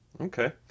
Okay